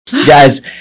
Guys